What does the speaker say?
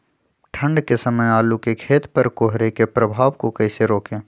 ठंढ के समय आलू के खेत पर कोहरे के प्रभाव को कैसे रोके?